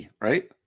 right